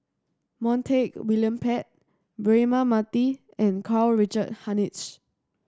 Montague William Pett Braema Mathi and Karl Richard Hanitsch